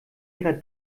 ihrer